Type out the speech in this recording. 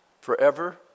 forever